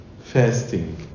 fasting